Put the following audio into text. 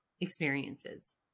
experiences